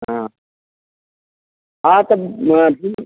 हाँ हाँ तब